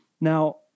Now